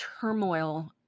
turmoil